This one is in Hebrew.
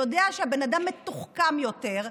אני יודעת שהבן אדם מתוחכם יותר,